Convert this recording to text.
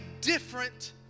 different